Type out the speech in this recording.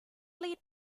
lead